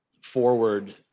forward